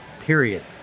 period